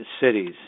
cities